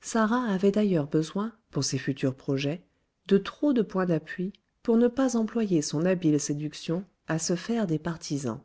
sarah avait d'ailleurs besoin pour ses futurs projets de trop de points d'appui pour ne pas employer son habile séduction à se faire des partisans